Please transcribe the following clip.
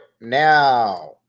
now